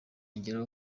yongeyeko